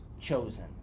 chosen